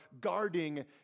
guarding